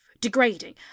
degrading